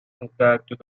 contact